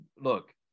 look